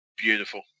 Beautiful